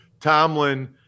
Tomlin